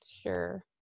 sure